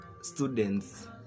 students